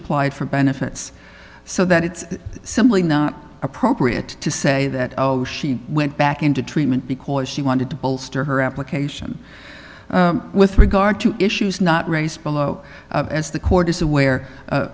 applied for benefits so that it's simply not appropriate to say that she went back into treatment because she wanted to bolster her application with regard to issues not raised below as the court is aware